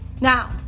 Now